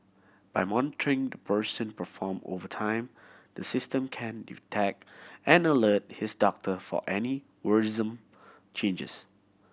by monitoring the person perform over time the system can detect and alert his doctor of any worrisome changes